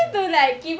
ya